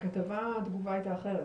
בכתבה התגובה הייתה אחרת.